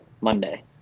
Monday